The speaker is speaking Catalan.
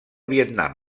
vietnam